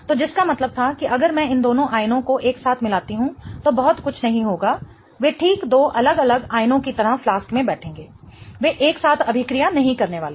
तो जिसका मतलब था कि अगर मैं इन दोनों आयनों को एक साथ मिलाती हूं तो बहुत कुछ नहीं होगा वे ठीक दो अलग अलग आयनों की तरह फ्लास्क में बैठेंगे वे एक साथ अभिक्रिया नहीं करने वाले हैं